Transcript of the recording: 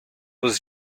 was